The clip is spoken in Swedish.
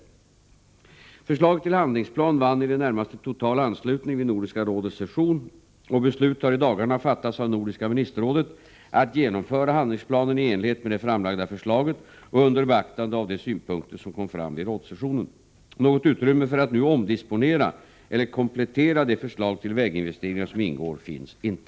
91 Förslaget till handlingsplan vann i det närmaste total anslutning vid Nordiska rådets session, och beslut har i dagarna fattats av nordiska ministerrådet att genomföra handlingsplanen i enlighet med det framlagda förslaget och under beaktande av de synpunkter som kom fram vid rådssessionen. Något utrymme för att nu omdisponera eller komplettera de förslag till väginvesteringar som ingår finns inte.